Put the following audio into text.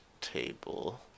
table